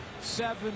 seven